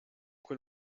quel